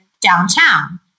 downtown